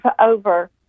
over